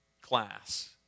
class